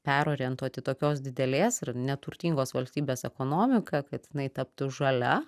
perorientuoti tokios didelės ir neturtingos valstybės ekonomiką kad jinai taptų žalia